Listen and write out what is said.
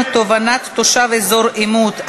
תובענת תושב אזור עימות),